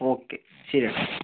okay ശരി ഏട്ടാ